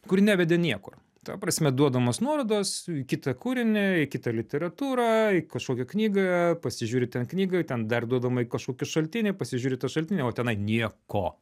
kuri nevedė niekur ta prasme duodamos nuorodos į kitą kūrinį į kitą literatūrą į kažkokią knygą pasižiūri ten knygoj ten dar duodama į kažkokį šaltinį pasižiūri į tą šaltinį o tenai nieko